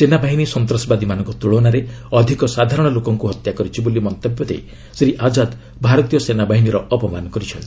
ସେନାବାହିନୀ ସନ୍ତାସବାଦୀମାନଙ୍କ ତ୍ୁଳନାରେ ଅଧିକ ସାଧାରଣ ଲୋକଙ୍କୁ ହତ୍ୟା କରିଛି ବୋଲି ମନ୍ତବ୍ୟ ଦେଇ ଶ୍ରୀ ଆଜାଦ୍ ଭାରତୀୟ ସେନାବାହିନୀର ଅପମାନ କରିଛନ୍ତି